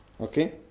Okay